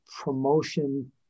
promotion